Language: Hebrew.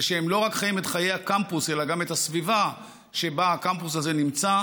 ושהם לא רק חיים את חיי הקמפוס אלא גם את הסביבה שבה הקמפוס הזה נמצא,